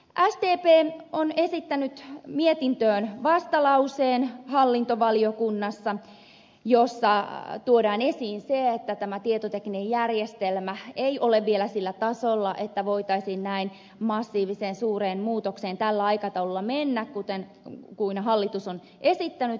sdp on hallintovaliokunnassa esittänyt mietintöön vastalauseen jossa tuodaan esiin se että tämä tietotekninen järjestelmä ei ole vielä sillä tasolla että voitaisiin näin massiivisen suureen muutokseen tällä aikataululla mennä kuin hallitus on esittänyt